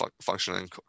functioning